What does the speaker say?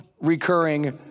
recurring